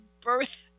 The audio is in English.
birth